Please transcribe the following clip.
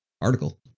article